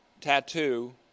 tattoo